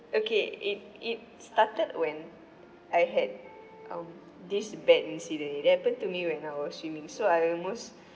okay it it started when I had um this bad incident it happened to me when I was swimming so I almost